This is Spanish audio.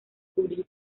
cubrir